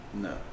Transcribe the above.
No